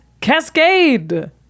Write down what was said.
Cascade